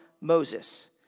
Moses